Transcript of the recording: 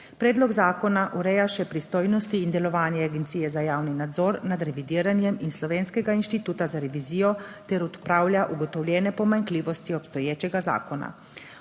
Predlog zakona ureja še pristojnosti in delovanje Agencije za javni nadzor nad revidiranjem in Slovenskega inštituta za revizijo ter odpravlja ugotovljene pomanjkljivosti obstoječega zakona.